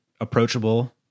approachable